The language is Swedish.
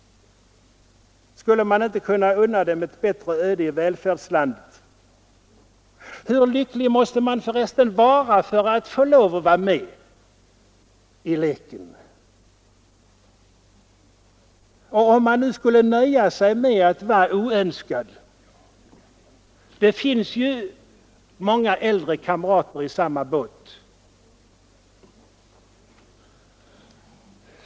Skulle man inte kunna unna dem ett bättre öde i välfärdslandet? Hur lycklig måste man förresten vara för att få lov att vara med i leken? Och om man nu skulle nöja sig med att vara oönskad? Det finns ju många äldre kamrater i samma båt.